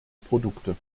produkte